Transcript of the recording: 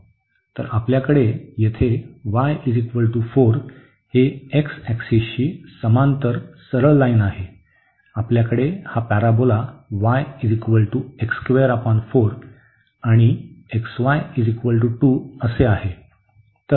तर आपल्याकडे येथे y 4 ही x ऍक्सिसशी समांतर सरळ लाईन आहेत आपल्याकडे हा पॅराबोला y आणि आपल्याकडे xy 2 आहे